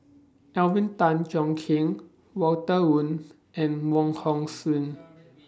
Alvin Tan Cheong Kheng Walter Woon and Wong Hong Suen